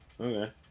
okay